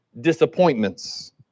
Disappointments